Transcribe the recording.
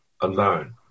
alone